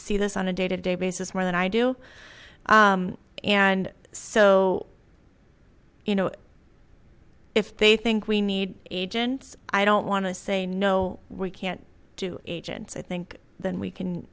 see this on a day to day basis more than i do and so you know if they think we need agents i don't want to say no we can't do agents i think then we can